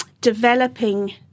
developing